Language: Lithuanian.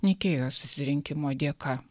nikėjos susirinkimo dėka